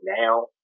now